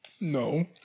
No